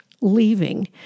leaving